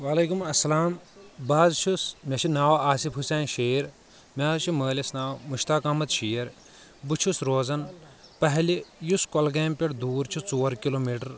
وعلیکُم اسلام بہ حظ چھُس مےٚ چھُ ناو آسف حُسین شیر مےٚ حظ چھُ مٲلِس ناو مشطاق احمد شیر بہٕ چھُس روزان پہلہِ یُس کۄلگامہِ پٮ۪ٹھ دوٗر چھُ ژور کِلو میٹر